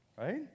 right